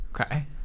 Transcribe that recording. Okay